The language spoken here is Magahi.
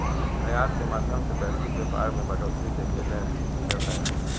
आयात के माध्यम से वैश्विक व्यापार मे बढ़ोतरी देखे ले मिलो हय